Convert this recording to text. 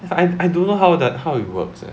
I I don't know how the how it works lah